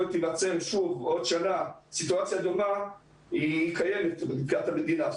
תיווצר שוב סיטואציה דומה היא קיימת מבחינת המדינה.